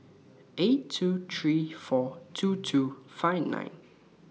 eight two three four two two five nine